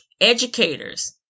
educators